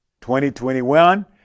2021